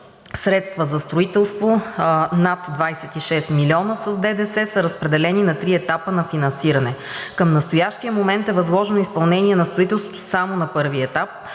средства за строителство са на стойност 26 милиона с ДДС, разпределени на три етапа на финансиране. Към настоящия момент е възложено изпълнението на строителството само на първи етап.